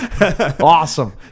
awesome